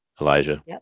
Elijah